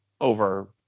over